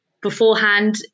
beforehand